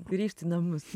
grįžt į namus